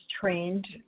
trained